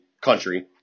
country